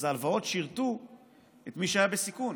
אז ההלוואות שירתו את מי שהיה בסיכון.